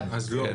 כן.